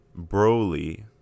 Broly